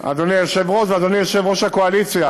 אדוני היושב-ראש ואדוני יושב-ראש הקואליציה,